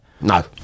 no